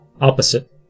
opposite